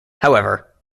however